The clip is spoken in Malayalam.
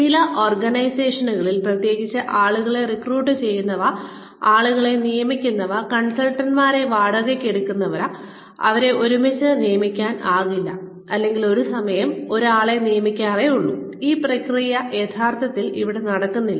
ചില ഓർഗനൈസേഷനുകളിൽ പ്രത്യേകിച്ച് ആളുകളെ റിക്രൂട്ട് ചെയ്യുന്നവ ആളുകളെ നിയമിക്കുന്നവ കൺസൾട്ടന്റുമാരെ വാടകയ്ക്കെടുക്കുന്നവ അവരെ ഒരുമിച്ച് നിയമിക്കാറില്ല അല്ലെങ്കിൽ ഒരു സമയം ഒരു ആളെ നിയമിക്കാറൊള്ളു ഈ പ്രക്രിയ യഥാർത്ഥത്തിൽ അവിടെ നടക്കുന്നില്ല